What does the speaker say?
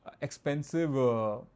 expensive